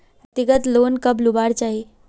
व्यक्तिगत लोन कब लुबार चही?